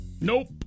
nope